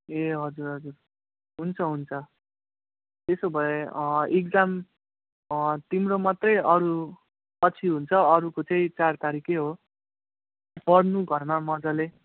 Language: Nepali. ए हजुर हजुर हुन्छ हुन्छ त्यसो भए इक्जाम तिम्रो मात्रै अरू पछि हुन्छ अरूको चाहिँ चार तारिकै हो पढ्नु घरमा मज्जाले